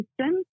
system –